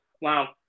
wow